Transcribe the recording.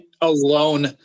alone